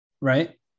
Right